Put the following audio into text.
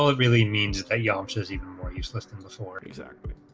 ah really means ah yeah um so is even more useless than the sword exactly